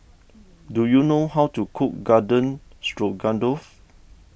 do you know how to cook Garden Stroganoff